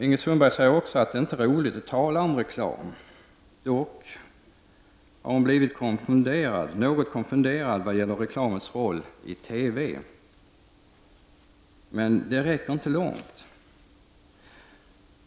Ingrid Sundberg sade också att det inte är roligt att tala om reklam. Hon har dock blivit något konfunderad när det gäller reklamens roll i TV. Men det räcker inte långt.